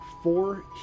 Four